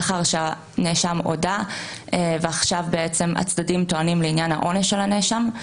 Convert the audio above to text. לאחר שהנאשם הודה ועכשיו הצדדים טוענים לעניין העונש של הנאשם.